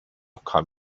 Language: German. kam